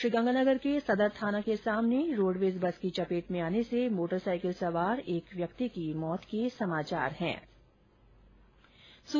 श्रीगंगानगर के सदर थाना के सामने रोडवेज बस की चपेट में आने से मोटरसाईकिल सवार एक व्यक्ति की मृत्यु हो गई